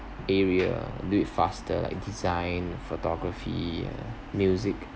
area do it faster in design photography and music